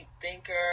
thinker